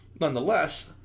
Nonetheless